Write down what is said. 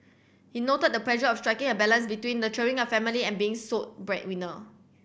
he noted the pressure of striking a balance between nurturing a family and being sole breadwinner